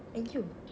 !aiyo!